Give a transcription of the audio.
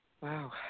Wow